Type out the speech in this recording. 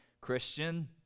Christian